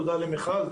תודה למיכל,